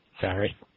Sorry